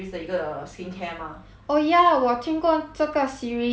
oh ya 我听过这个 series 好用吗 ah